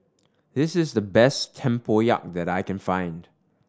this is the best tempoyak that I can find